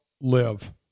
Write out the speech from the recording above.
Live